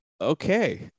okay